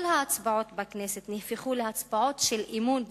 כל ההצבעות בכנסת נהפכו להצבעות של אמון בממשלה.